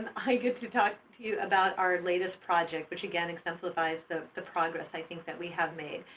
i get to talk to you about our latest project, which again exemplifies the the progress, i think, that we have made.